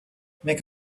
make